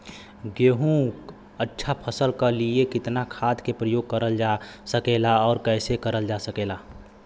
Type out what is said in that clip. गेहूँक अच्छा फसल क लिए कितना खाद के प्रयोग करल जा सकेला और कैसे करल जा सकेला?